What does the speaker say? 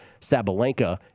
Sabalenka